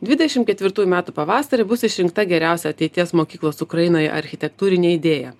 dvidešim ketvirtųjų metų pavasarį bus išrinkta geriausia ateities mokyklos ukrainoje architektūrinė idėja